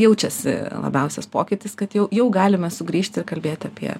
jaučiasi labiausias pokytis kad jau jau galime sugrįžti ir kalbėti apie